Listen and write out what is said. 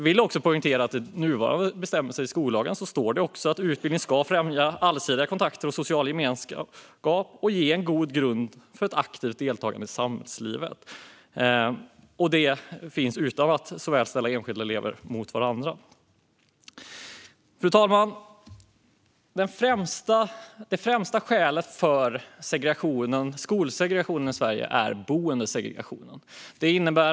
I de nuvarande bestämmelserna i skollagen står det att utbildningen ska främja allsidiga kontakter och social gemenskap och ge en god grund för ett aktivt deltagande i samhällslivet utan att för den skull ställa enskilda elever mot varandra. Fru talman! Den främsta orsaken till skolsegregationen i Sverige är boendesegregationen.